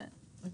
אוקיי.